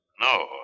No